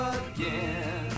again